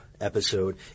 episode